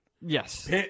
Yes